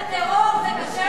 טרור זה כשר?